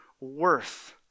worth